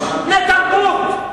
בני תרבות.